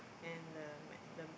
and the mat~ the